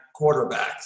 quarterbacks